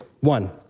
One